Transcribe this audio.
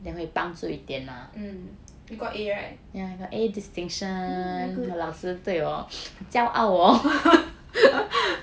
mm you got a right oh very good